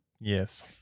yes